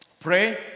pray